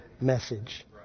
message